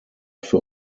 für